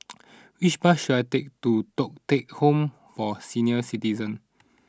which bus should I take to Thong Teck Home for Senior Citizens